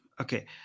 Okay